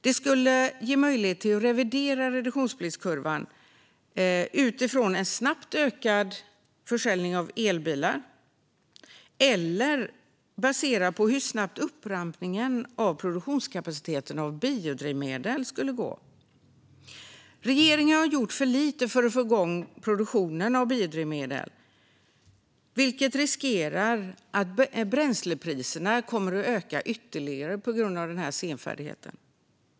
De skulle ge möjlighet att revidera reduktionspliktskurvan utifrån en snabbt ökad försäljning av elbilar eller baserat på hur snabbt upptrappningen av produktionskapaciteten när det gäller biodrivmedel skulle gå. Regeringen har gjort för lite för att få igång produktionen av biodrivmedel. Bränslepriserna riskerar att öka ytterligare på grund av den senfärdigheten.